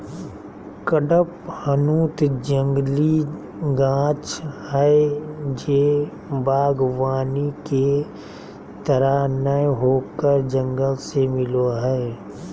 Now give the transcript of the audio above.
कडपहनुत जंगली गाछ हइ जे वागबानी के तरह नय होकर जंगल से मिलो हइ